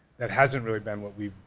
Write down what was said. that hasn't really been what we've,